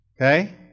Okay